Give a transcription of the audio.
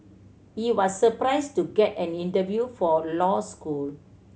he was surprised to get an interview for law school